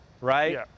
Right